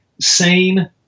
sane